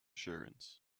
assurance